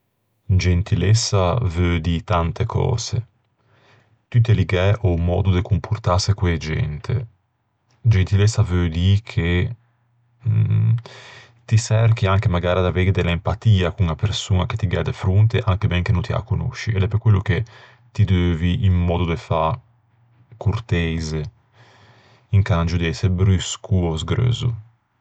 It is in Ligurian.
Gentilessa veu tante cöse, tutte ligæ a-o mòddo de comportâse co-e gente. Gentilessa veu dî che ti çerchi anche magara d'aveighe de l'empatia con a persoña che ti gh'æ de fronte, anche ben che no ti â conosci, e l'é pe quello che ti deuvi un mòddo de fâ corteise incangio de ëse brusco ò sgreuzzo.